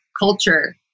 culture